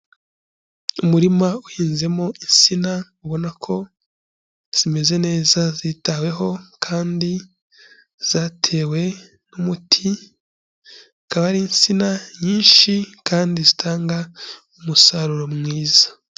Umurima uhinzemo isina, ubona ko, zimeze neza zitaweho. kandi zatewe n'umuti. Akaba ari insina nyinshi kandi zitanga umusaruro mwiza.